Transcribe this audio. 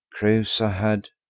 creusa had,